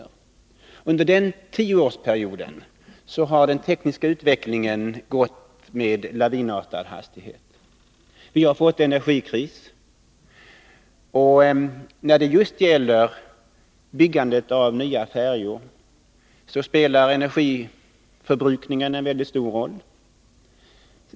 Under den här tioårsperioden har den tekniska utvecklingen gått med lavinartad hastighet. Vi har fått energikris. När det just gäller byggandet av nya färjor spelar energiförbrukningen en väldigt stor roll.